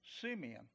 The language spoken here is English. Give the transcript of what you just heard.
Simeon